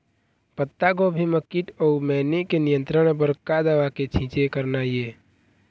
पत्तागोभी म कीट अऊ मैनी के नियंत्रण बर का दवा के छींचे करना ये?